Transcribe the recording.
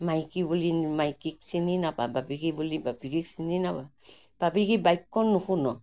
মাইকী বুলি মাইকীক চিনি নাপাৱ বাপেকি বুলি বাপেকিক চিনি নাপাৱ বাপেকিৰ বাক্য নুশুন